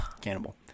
Cannibal